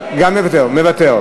גם מוותר.